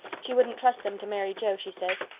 she wouldn't trust them to mary joe, she says.